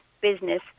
business